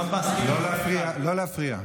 לא להפריע, לא להפריע.